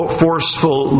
forceful